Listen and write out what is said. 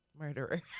Murderer